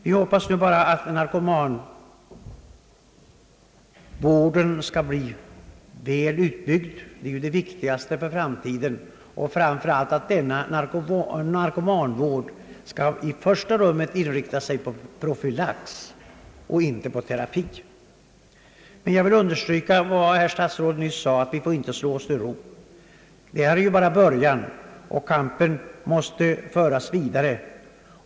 Vi hoppas nu bara att narkomanvården skall bli väl utbyggd — detta är ju det viktigaste för framtiden — och att denna vård i första rummet skall inriktas på profylax och inte på terapi. Men jag vill understryka vad herr statsrådet nyss sade: vi får inte slå oss till ro. Detta är bara början, kampen måste föras vidare.